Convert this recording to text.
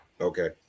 Okay